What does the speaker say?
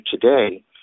today